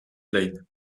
lane